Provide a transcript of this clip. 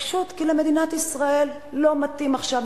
פשוט כי למדינת ישראל לא מתאים עכשיו